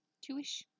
two-ish